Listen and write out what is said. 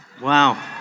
Wow